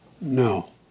No